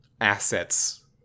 assets